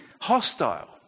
hostile